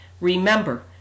Remember